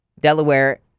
Delaware